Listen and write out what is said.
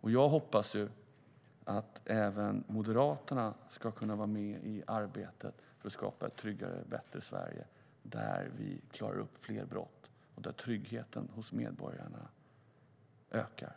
Jag hoppas att även Moderaterna ska kunna vara med i arbetet för att skapa ett tryggare och bättre Sverige, där vi klarar upp fler brott och där tryggheten hos medborgarna ökar.